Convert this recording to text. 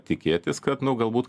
tikėtis kad nu galbūt